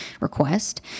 request